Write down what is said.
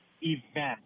event